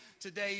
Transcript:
today